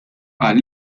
qal